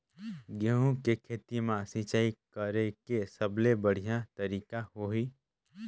गंहू के खेती मां सिंचाई करेके सबले बढ़िया तरीका होही?